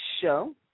show